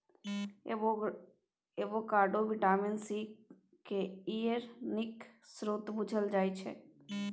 avocado vitamin C, K, E केर नीक स्रोत बुझल जाइ छै